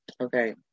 Okay